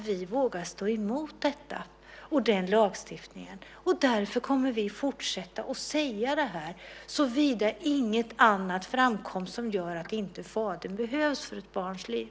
Vi vågar stå emot denna lagstiftning. Därför kommer vi att fortsätta säga det här, såvida inget annat framkommer som gör att inte fadern behövs för ett barns liv.